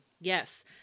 Yes